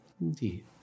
Indeed